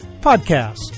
Podcast